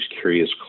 curious